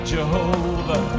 Jehovah